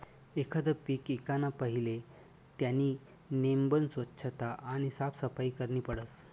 एखांद पीक ईकाना पहिले त्यानी नेमबन सोच्छता आणि साफसफाई करनी पडस